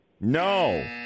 No